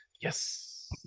Yes